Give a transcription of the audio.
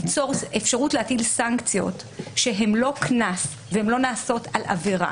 ליצור אפשרות להטיל סנקציות שהן לא קנס והן לא נעשות על עבירה,